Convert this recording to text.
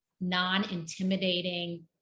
non-intimidating